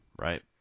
right